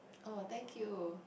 oh thank you